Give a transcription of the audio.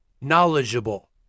knowledgeable